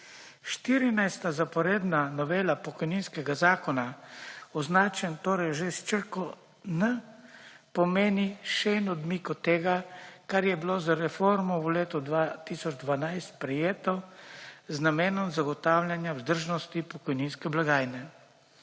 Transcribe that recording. zaporedna novela pokojninskega zakona, označen torej že s točko N, pomeni še en odmik od tega, kar je bilo z reformo v letu 2012 sprejeto, z namenom zagotavljanja vzdržnosti pokojninske blagajne.